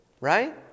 Right